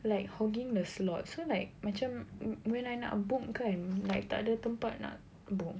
like hogging the slot so like macam when I nak book kan like tak ada tempat nak book